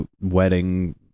Wedding